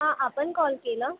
हां आपण कॉल केला